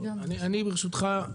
אני, ברשותך,